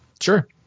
Sure